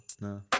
No